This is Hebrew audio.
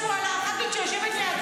אני אגיד משהו על הח"כית שיושבת לידך.